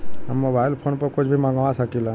हम mobile phone पर कुछ भी मंगवा सकिला?